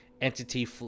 entity